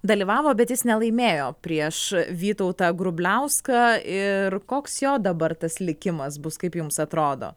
dalyvavo bet jis nelaimėjo prieš vytautą grubliauską ir koks jo dabar tas likimas bus kaip jums atrodo